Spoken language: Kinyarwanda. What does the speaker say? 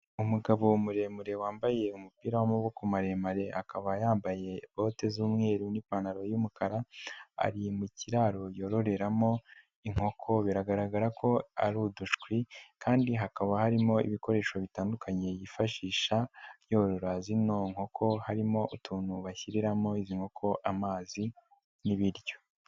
Umugabo muremure wambaye umupira w'maboko maremare akaba yambaye ikote z'umweru n'ipantaro y'umukara, ari mu kiraro yororeramo inkoko biragaragara ko ari udushwi kandi hakaba harimo ibikoresho bitandukanye yifashisha yorora zino nkoko harimo utuntu bashyiriramo izi nkoko amazi n'ibiryo.